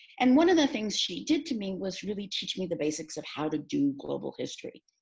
and one of the things she did to me was really teaching me the basics of how to do global history.